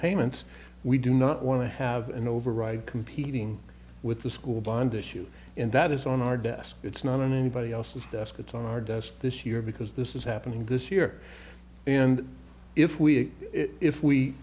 payments we do not want to have an override competing with the school bond issue and that is on our desk it's not on anybody else's desk it's on our desk this year because this is happening this year and if we if we